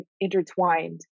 intertwined